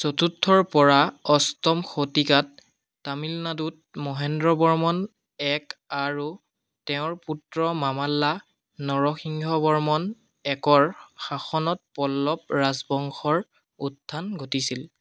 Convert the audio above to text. চতুৰ্থৰ পৰা অষ্টম শতিকাত তামিলনাডুত মহেন্দ্ৰ বৰ্মন এক আৰু তেওঁৰ পুত্ৰ মামাল্লা নৰসিংহ বৰ্মন একৰ শাসনত পল্লৱ ৰাজবংশৰ উত্থান ঘটিছিল